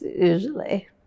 usually